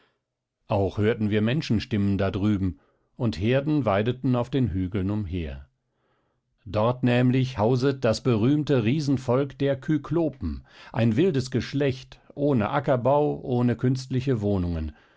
auch hörten wir menschenstimmen da drüben und herden weideten auf den hügeln umher dort nämlich hauset das berühmte riesenvolk der kyklopen ein wildes geschlecht ohne ackerbau ohne künstliche wohnungen